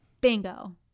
bingo